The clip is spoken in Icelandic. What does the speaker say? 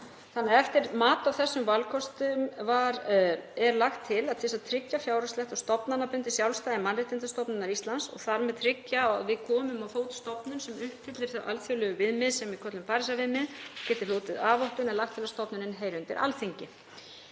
formið. Eftir mat á þessum valkostum er lagt til að til þess að tryggja fjárhagslegt og stofnanabundið sjálfstæði Mannréttindastofnunar Íslands og þar með tryggja að við komum á fót stofnun sem uppfyllir þau alþjóðlegu viðmið sem við köllum Parísarviðmið og geti hlotið A-vottun, er lagt til að stofnunin heyri undir Alþingi.